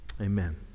Amen